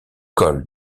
col